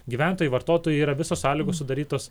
gyventojai vartotojai yra visos sąlygos sudarytos